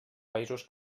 països